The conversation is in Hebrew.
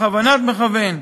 בכוונת מכוון,